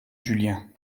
julien